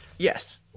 Yes